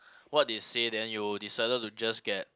what they say then you will decided to just get